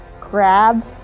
grab